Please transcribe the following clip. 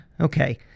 okay